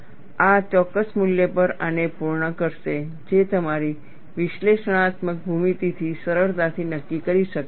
આ ચોક્કસ મૂલ્ય પર આને પૂર્ણ કરશે જે તમારી વિશ્લેષણાત્મક ભૂમિતિથી સરળતાથી નક્કી કરી શકાય છે